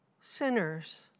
Sinners